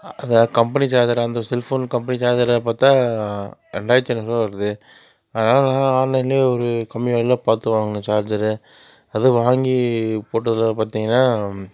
அதை கம்பெனி சார்ஜராக அந்த செல்ஃபோன் கம்பெனி சார்ஜராக பார்த்தா ரெண்டாயிரத்தி ஐந்நூறு ரூபா வருது அதனால நான் ஆன்லன்லேயே ஒரு கம்மி விலையில பார்த்து வாங்கினேன் சார்ஜர் அது வாங்கி போட்டதில் பார்த்திங்கன்னா